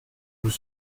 vous